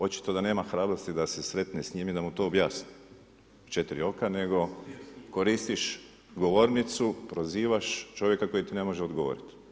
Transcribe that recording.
Očito da nema hrabrosti da se sretne s njime i da mu to objasni u 4 oka, nego koristiš govornicu, prozivaš, čovjek koji ti ne može odgovoriti.